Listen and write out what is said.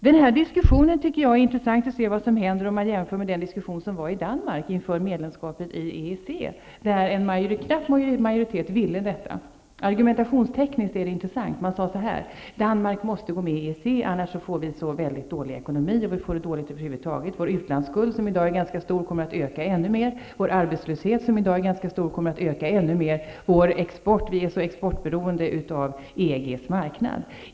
Det skall bli intressant att se vad som händer i den här diskussionen i jämförelse med den diskussion som fördes i Danmark inför medlemskapet i EEC, där en knapp majoritet var för. Argumentationstekniskt är det intressant. Man sade då: Danmark måste gå med i EEC, annars får vi en väldigt dålig ekonomi, och vi får det dåligt över huvud taget. Vår utlandsskuld, som i dag är ganska stor, kommer att öka ännu mer. Vår arbetslöshet, som i dag är ganska stor, kommer att öka ännu mer. Vår export är mycket beroende av EG:s marknad.